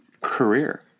career